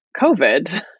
COVID